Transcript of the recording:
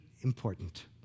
important